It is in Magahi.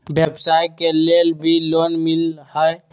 व्यवसाय के लेल भी लोन मिलहई?